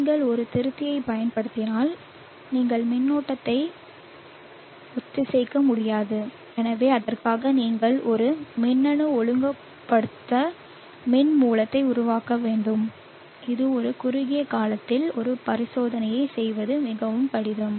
நீங்கள் ஒரு திருத்தியைப் பயன்படுத்தினால் நீங்கள் மின்னோட்டத்தை ஒத்திசைக்க முடியாது எனவே அதற்காக நீங்கள் ஒரு மின்னணு ஒழுங்குபடுத்தப்பட்ட மின் மூலத்தை உருவாக்க வேண்டும் இது ஒரு குறுகிய காலத்தில் ஒரு பரிசோதனையைச் செய்வது மிகவும் கடினம்